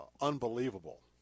unbelievable